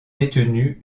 détenu